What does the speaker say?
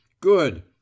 Good